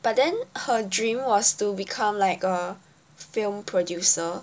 but then her dream was to become like a film producer